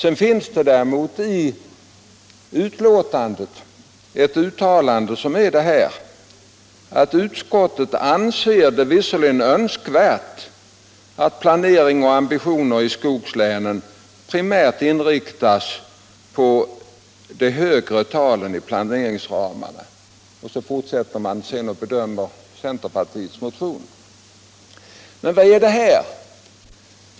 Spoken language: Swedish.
I utskottets skrivning finns vidare ett uttalande som har den innebörden att utskottet anser det vara önskvärt att planering och ambitioner i skogslänen primärt inriktas på de högre talen i planeringsramarna. Vad innebär nu detta?